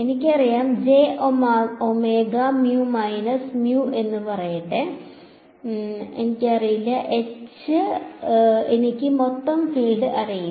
എനിക്കറിയാം j omega mu minus mu എന്ന് പറയട്ടെ എനിക്കറിയില്ല H അറിയില്ല എനിക്ക് മൊത്തം ഫീൽഡ് അറിയില്ല